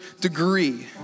degree